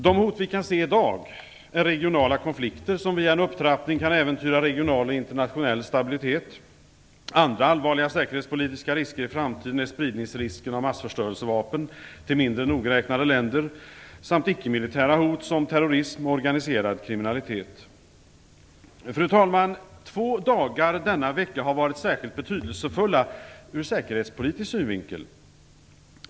Det hot vi kan se i dag är regionala konflikter som via en upptrappning kan äventyra regional och internationell stabilitet. Andra allvarliga säkerhetspolitiska risker i framtiden är spridningsrisken av massförstörelsevapen till mindre nogräknade länder samt ickemilitära hot som terrorism och organiserad kriminalitet. Fru talman! Två dagar denna vecka har varit särskilt betydelsefulla ur säkerhetspolitisk synvinkel.